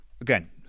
again